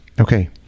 Okay